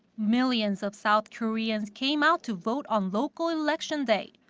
millions of south koreans came out to vote on local election day,